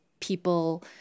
people